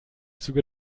züge